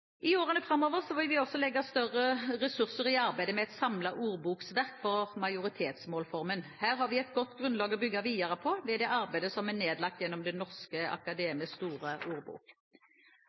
I årene framover vil vi legge større ressurser i arbeidet med et samlet ordboksverk for majoritetsmålformen. Her har vi et godt grunnlag å bygge videre på ved det arbeidet som er nedlagt gjennom Det Norske Akademis Store Ordbok.